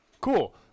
cool